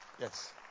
Yes